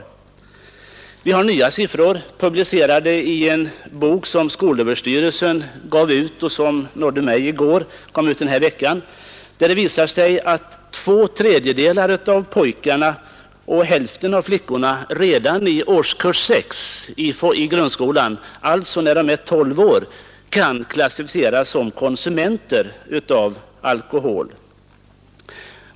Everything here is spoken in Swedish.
Men vi har också nya siffror, publicerade i en bok som skolöverstyrelsen gav ut den här veckan och som nådde mig i går. De visar att två tredjedelar av pojkarna och hälften av flickorna redan i årskurs 6 i grundskolan — alltså när de är 12 år — kan klassificeras som konsumenter av alkohol.